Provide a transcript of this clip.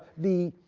the